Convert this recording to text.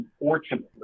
unfortunately